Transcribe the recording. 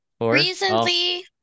Recently